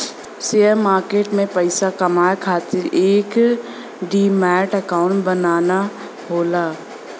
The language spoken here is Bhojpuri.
शेयर मार्किट में पइसा कमाये खातिर एक डिमैट अकांउट बनाना होला